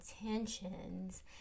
intentions